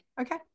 Okay